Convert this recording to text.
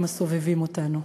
עם הסובבים אותנו.